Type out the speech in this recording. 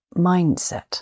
mindset